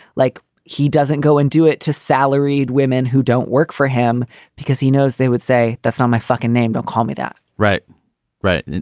like he doesn't go and do it to salaried women who don't work for him because he knows they would say, that's not my fucking named okami that right right.